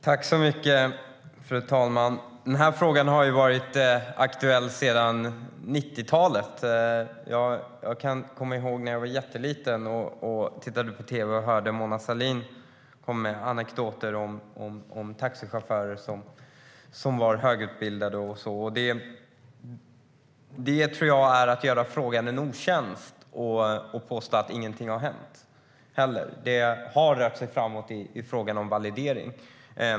Fru talman! Den här frågan har varit aktuell sedan 90-talet. Jag kommer ihåg när jag var jätteliten och tittade på tv och hörde att Mona Sahlin kom med anekdoter om taxichaufförer som var högutbildade. Jag tror att det är att göra frågan en otjänst att påstå att ingenting har hänt. Det har rört sig framåt i fråga om validering.